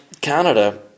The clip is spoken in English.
Canada